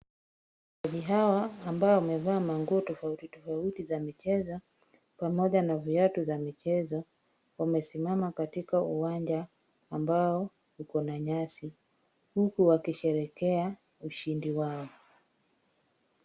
Wachezaji hawa ambao wamevaa nguo tofauti tofauti za michezo pamoja na viatu vya michezo wamesimama katika uwanja ambao ukona nyasi huku wakisherehekea ushindi wao.